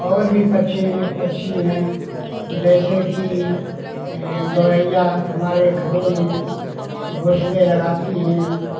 और भी पक्षी हैं पक्षी हैं जैसे कि गोरैया हमारे घरों में घोंसले लगाती हैं